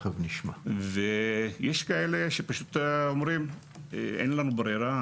יש כאלה שאומרים שאין להם ברירה,